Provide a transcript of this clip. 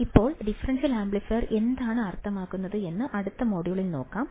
ഇപ്പോൾ differential amplifier എന്താണ് അർത്ഥമാക്കുന്നത് എന്ന് അടുത്ത മൊഡ്യൂളിൽ നോക്കാം